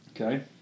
Okay